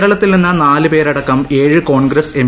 കേരളത്തിൽ നിന്ന് നാല് പേരടക്കം ഏഴ് കോൺഗ്രസ് എം